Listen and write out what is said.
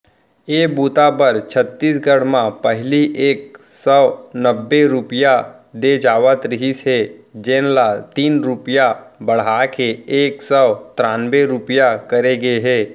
ए बूता बर छत्तीसगढ़ म पहिली एक सव नब्बे रूपिया दे जावत रहिस हे जेन ल तीन रूपिया बड़हा के एक सव त्रान्बे रूपिया करे गे हे